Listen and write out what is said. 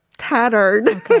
Tattered